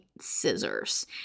scissors